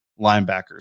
linebackers